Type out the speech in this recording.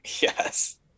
yes